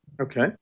Okay